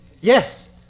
Yes